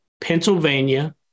Pennsylvania